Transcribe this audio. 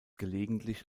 gelegentlich